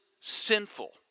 sinful